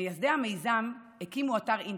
מייסדי המיזם הקימו אתר אינטרנט,